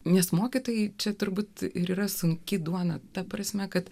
nes mokytojai čia turbūt ir yra sunki duona ta prasme kad